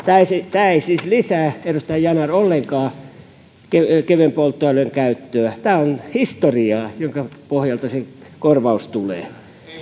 tämä ei siis lisää edustaja yanar ollenkaan kevyen polttoaineen käyttöä tämä on historiaa jonka pohjalta se korvaus tulee